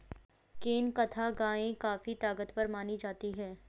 केंकथा गाय काफी ताकतवर मानी जाती है